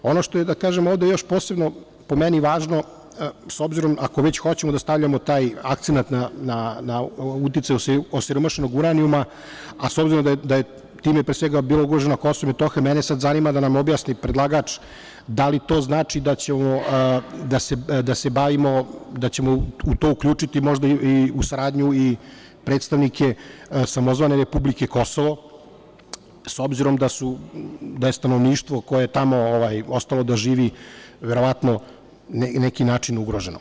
Ono što je još posebno, po meni, važno, s obzirom, ako već hoćemo da stavljamo taj akcenat na uticaj osiromašenog uranijuma, a s obzirom da je time, pre svega, bilo ugroženo KiM, mene sada zanima da nam objasni predlagač da li to znači da ćemo u to uključiti možda i saradnju i predstavnike samozvane republike Kosovo, s obzirom da je stanovništvo koje je tamo ostalo da živi, verovatno na neki način ugroženo?